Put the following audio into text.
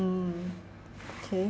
mm okay